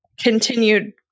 continued